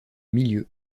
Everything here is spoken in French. milieu